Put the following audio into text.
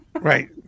Right